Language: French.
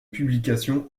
publication